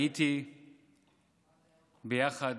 הייתי ביחד